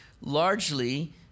largely